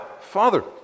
Father